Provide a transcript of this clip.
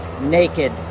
naked